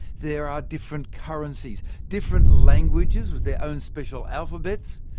there are different currencies, different languages with their own special alphabets,